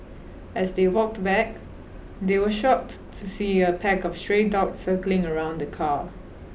as they walked back they were shocked to see a pack of stray dogs circling around the car